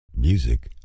Music